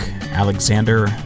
Alexander